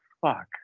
fuck